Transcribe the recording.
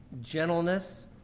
gentleness